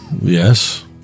Yes